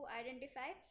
identify